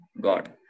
God